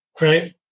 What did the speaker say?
right